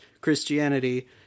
Christianity